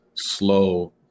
slow